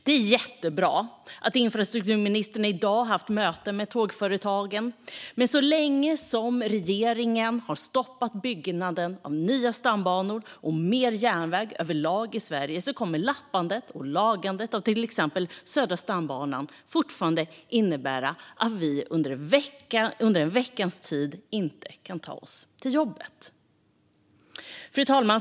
Det är jättebra att infrastrukturministern i dag har haft möte med Tågföretagen, men så länge som regeringen stoppar byggandet av nya stambanor och mer järnväg överlag i Sverige kommer lappandet och lagandet av till exempel Södra stambanan att fortsätta att innebära att vi under en veckas tid inte kan ta oss till jobbet. Fru talman!